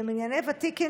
במנייני ותיקים,